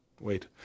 wait